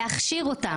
להכשיר אותם,